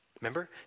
Remember